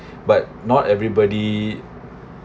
but not everybody